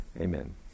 Amen